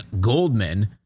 Goldman